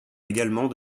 également